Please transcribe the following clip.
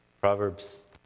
Proverbs